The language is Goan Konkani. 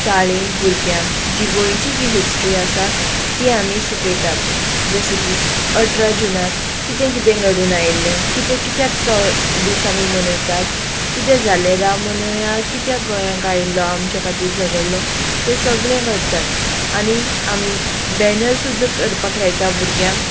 शाळेन भुरग्यांक जी गोंयची जी हिस्ट्री आसा ती आमी शिकयतात जशें की अठरा जुनार कितें कितें घडून आयिल्लें कितें कित्याक तो दीस आमी मनयतात कितें जालें राम मनोहर कित्याक गोंयांक आयिल्लो आमच्या खातीर झगडलो तें सगळें करतात आनी आमी बॅनर सुद्दां करपाक लायता भुरग्यांक